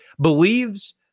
believes